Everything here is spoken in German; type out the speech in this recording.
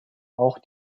auch